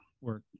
work